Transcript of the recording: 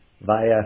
via